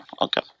Okay